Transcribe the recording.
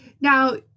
now